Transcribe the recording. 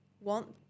want –